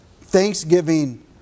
Thanksgiving